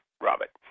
Robert